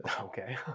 okay